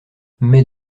mais